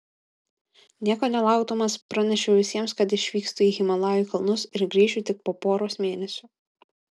nieko nelaukdamas pranešiau visiems kad išvykstu į himalajų kalnus ir grįšiu tik po poros mėnesių